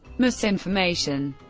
misinformation